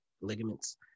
ligaments